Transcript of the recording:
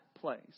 place